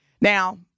Now